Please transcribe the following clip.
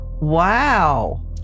Wow